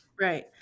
Right